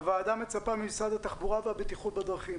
הוועדה מצפה ממשרד התחבורה והבטיחות בדרכים